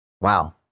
Wow